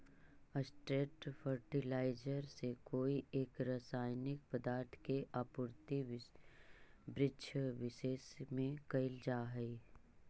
straight fertiliser से कोई एक रसायनिक पदार्थ के आपूर्ति वृक्षविशेष में कैइल जा हई